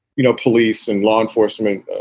you know, police and law enforcement